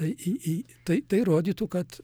tai į į tai tai rodytų kad